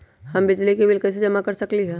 हम बिजली के बिल कईसे जमा कर सकली ह?